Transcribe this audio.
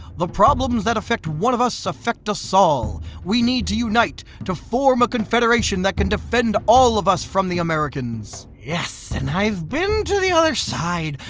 the problems that affect one of us affect us all. we need to unite, to form a confederation that can defend all of us from the americans. yes, and i've been to the other side,